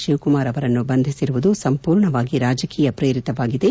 ಶಿವಕುಮಾರ್ ಅವರನ್ನು ಬಂಧಿಸಿರುವುದು ಸಂಪೂರ್ಣವಾಗಿ ರಾಜಕೀಯ ಪ್ರೇರಿತವಾಗಿದೆ